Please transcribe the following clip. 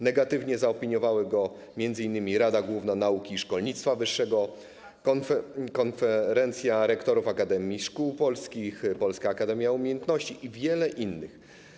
Negatywnie zaopiniowały go m.in. Rada Główna Nauki i Szkolnictwa Wyższego, Konferencja Rektorów Akademii Szkół Polskich, Polska Akademia Umiejętności i wiele innych.